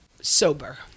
sober